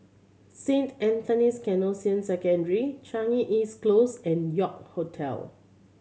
Saint Anthony's Canossian Secondary Changi East Close and York Hotel